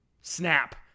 snap